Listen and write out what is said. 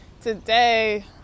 Today